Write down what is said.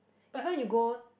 even you go